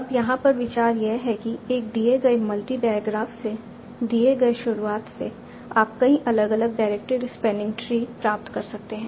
अब यहां पर विचार यह है कि एक दिए गए मल्टी डायग्राफ से दिए गए शुरुआत से आप कई अलग अलग डायरेक्टेड स्पैनिंग ट्री प्राप्त कर सकते हैं